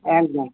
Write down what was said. ᱮᱠᱫᱚᱢ